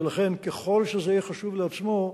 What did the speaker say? ולכן ככל שזה יהיה חשוב לעצמו,